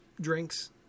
drinks